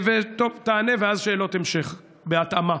תענה ואז שאלות המשך, בהתאמה.